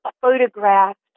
photographed